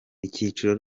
icyiciro